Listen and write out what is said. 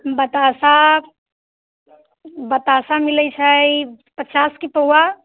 बताशा बताशा मिलै छै पचास के पौआ